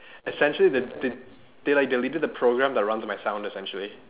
essentially they they they like deleted the program that runs my sound essentially